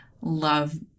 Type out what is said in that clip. love